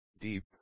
Deep